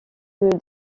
que